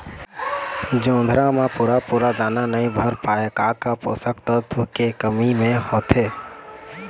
जोंधरा म पूरा पूरा दाना नई भर पाए का का पोषक तत्व के कमी मे होथे?